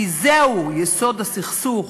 כי זהו יסוד הסכסוך,